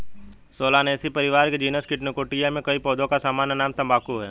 Solanaceae परिवार के genus Nicotiana में कई पौधों का सामान्य नाम तंबाकू है